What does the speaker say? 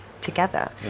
together